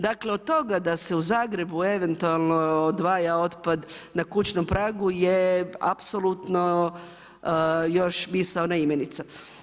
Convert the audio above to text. Dakle od toga da se u Zagrebu eventualno odvaja otpad na kućnom pragu je apsolutno još misaona imenica.